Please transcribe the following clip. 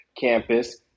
Campus